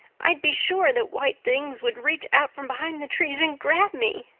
i'd be sure that white things would reach out from behind the trees and grab me.